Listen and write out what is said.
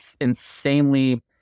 insanely